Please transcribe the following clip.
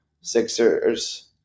Sixers